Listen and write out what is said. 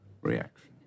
reaction